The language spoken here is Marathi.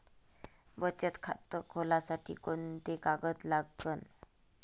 बचत खात खोलासाठी कोंते कागद लागन?